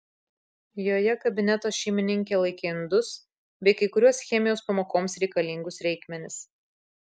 joje kabineto šeimininkė laikė indus bei kai kuriuos chemijos pamokoms reikalingus reikmenis